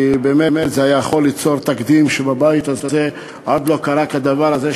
כי זה היה יכול ליצור תקדים שבבית הזה עוד לא קרה כמוהו,